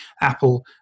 Apple